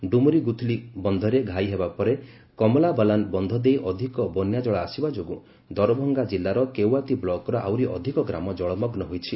ଡୁମରି ଗୁଥଲି ବନ୍ଧରେ ଘାଇ ହେବା ପରେ କମଲାବଲାନ ବନ୍ଧ ଦେଇ ଅଧିକ ବନ୍ୟା ଜଳ ଆସିବା ଯୋଗୁଁ ଦରଭଙ୍ଗା ଜିଲ୍ଲାର କେୱାତି ବ୍ଲକ୍ର ଆହୁରି ଅଧିକ ଗ୍ରାମ ଜଳମଗ୍ନ ହୋଇଛି